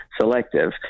selective